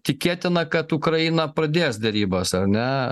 tikėtina kad ukraina pradės derybas ar ne